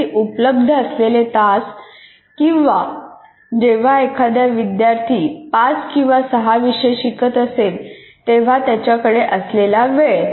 जसे उपलब्ध असलेले तास किंवा जेव्हा एखादा विद्यार्थी पाच किंवा सहा विषय शिकत असेल तेव्हा त्याच्याकडे असलेला वेळ